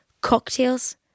cocktails